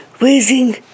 raising